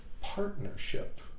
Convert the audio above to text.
partnership